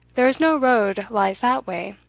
there is no road lies that way,